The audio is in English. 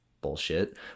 bullshit